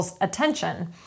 attention